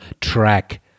track